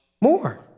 more